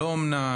לא אומנה,